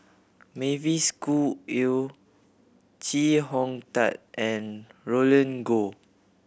Mavis Khoo Oei Chee Hong Tat and Roland Goh